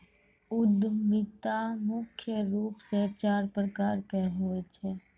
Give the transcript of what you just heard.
उद्यमिता मुख्य रूप से चार प्रकार के होय छै